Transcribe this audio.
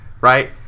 right